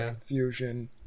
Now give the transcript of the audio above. Fusion